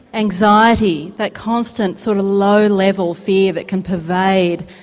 anxiety, that constant sort of low level fear that can pervade.